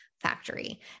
factory